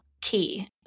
key